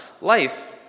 Life